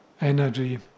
energy